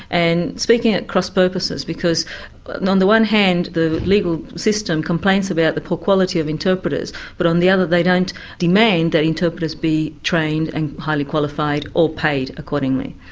and, speaking at cross purposes, because but and on the one hand, the legal system, complains about the poor quality of interpreters but on the other they don't demand that interpreters be trained and highly qualified or paid accordingly.